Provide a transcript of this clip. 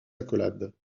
accolade